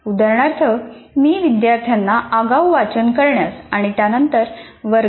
उदाहरणार्थ मी विद्यार्थ्यांना आगाऊ वाचन करण्यास आणि त्यानंतर वर्गात येण्यास सांगू शकतो